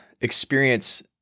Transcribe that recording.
experience